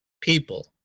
people